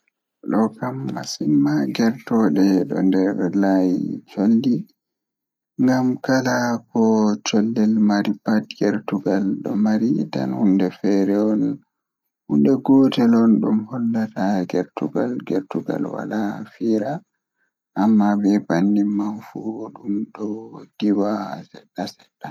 Lokam masin maa ger tooɗe dha undee laayi coolli, ngam kala ko coollel marii pad gertugal ɗo marii tan hunde fere on, hunde guute londom hollataa gertugal gertugal walaa fiira ammaa biibanni man fuudhun dhiwaa qiwaa a seɗɗa seɗɗa.ɗum